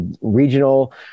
regional